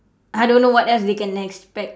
I don't know what else they can expect